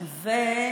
וכו'.